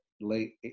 late